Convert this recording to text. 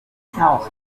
hell